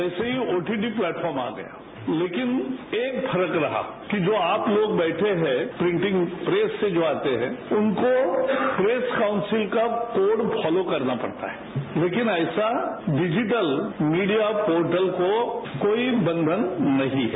वैसे ही OTP platform आ गया लेकिन एक फर्क रहा कि जो आप लोग बैठे हैं प्रीटिंग प्रेंस से जो आते हैं उनकों प्रेस काउंसिल का कोड फॉलो करना पड़ता है लेकिन ऐसा डिजिटल मीडिया पोर्टल को कोई बंधन नहीं है